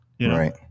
Right